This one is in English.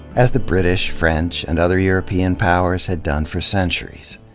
as the british, french and other european powers had done for centuries.